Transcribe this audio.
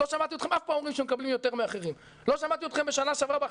לא שמעתי אתכם אף פעם אומרים שהם מקבלים יותר מאחרים.